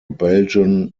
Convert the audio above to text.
belgian